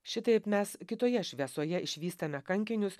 šitaip mes kitoje šviesoje išvystame kankinius